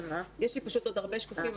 יש לי פשוט עוד הרבה שקפים,